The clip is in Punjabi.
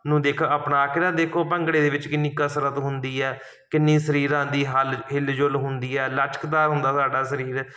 ਨੂੰ ਦੇਖ ਆਪਣਾ ਕੇ ਤਾਂ ਦੇਖੋ ਭੰਗੜੇ ਦੇ ਵਿੱਚ ਕਿੰਨੀ ਕਸਰਤ ਹੁੰਦੀ ਹੈ ਕਿੰਨੀ ਸਰੀਰਾਂ ਦੀ ਹਲ ਹਿਲਜੁਲ ਹੁੰਦੀ ਹੈ ਲਚਕਦਾਰ ਹੁੰਦਾ ਸਾਡਾ ਸਰੀਰ